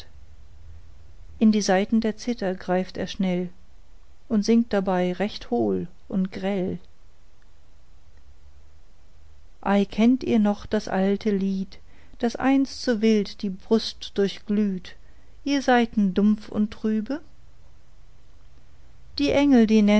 in die saiten der zither greift er schnell und singt dabei recht hohl und grell ei kennt ihr noch das alte lied das einst so wild die brust durchglüht ihr saiten dumpf und trübe die engel